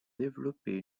développé